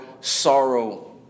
sorrow